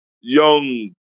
young